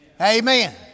Amen